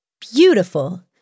Beautiful